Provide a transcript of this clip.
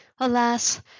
Alas